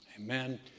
Amen